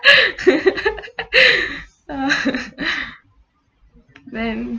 then